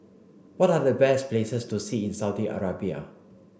what are the best places to see in Saudi Arabia